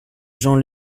jean